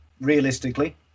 realistically